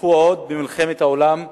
הונחו עוד במלחמת העולם השנייה,